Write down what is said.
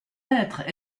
être